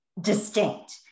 distinct